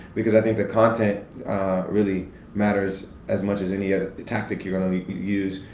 because i think that content really matters as much as any other tactic you're gonna use.